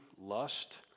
lust